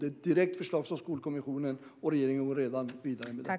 Det är ett direkt förslag från Skolkommissionen, och regeringen går redan vidare med det.